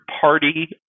party